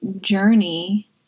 journey